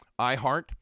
iHeart